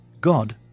God